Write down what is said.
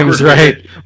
right